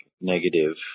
negative